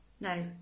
no